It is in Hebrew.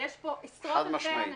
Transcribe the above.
זו הכותרת.